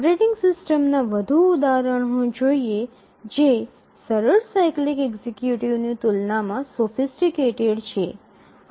operating સિસ્ટમ્સના વધુ ઉદાહરણો જોઈએ જે સરળ સાયક્લિક એક્ઝિક્યુટિવની તુલનામાં સોફિસટીકટેડ છે